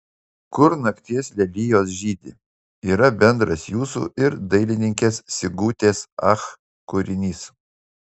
kur nakties lelijos žydi yra bendras jūsų ir dailininkės sigutės ach kūrinys